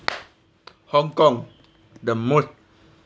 hong kong the most